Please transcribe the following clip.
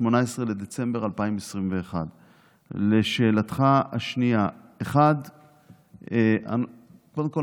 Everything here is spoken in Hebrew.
18 בדצמבר 2021". לשאלתך השנייה: קודם כול,